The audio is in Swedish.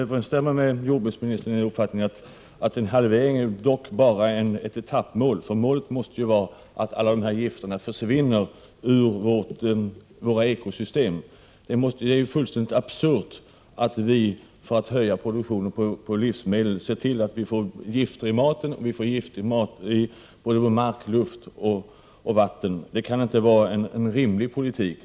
Herr talman! Jag delar jordbruksministerns uppfattning, att en halvering bara är ett etappmål. Slutmålet måste ju vara att alla sådana här gifter försvinner från våra ekosystem. Det är fullständigt absurt att, för att öka livsmedelsproduktionen, tillföra maten gifter. Det gäller inte bara maten utan även marken, luften och vattnet. Det kan inte vara en rimlig politik.